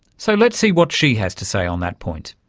so let's see what she has to say on that point.